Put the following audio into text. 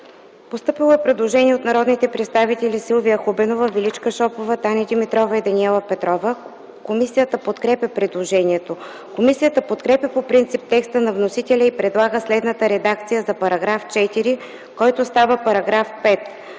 Постъпило е предложение от народните представители Силвия Хубенова, Величка Шопова, Таня Димитрова и Даниела Петрова: Комисията подкрепя предложението. Комисията подкрепя по принцип текста на вносителя и предлага следната редакция за § 4, който става § 5: „§ 5.